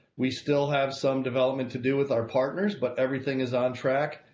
we still have some development to do with our partners. but everything is on track.